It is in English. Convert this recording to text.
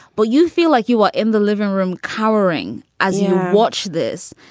but you feel like you were in the living room cowering as you watch this.